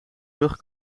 lucht